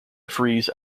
freeze